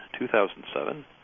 2007